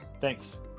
Thanks